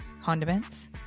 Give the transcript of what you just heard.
condiments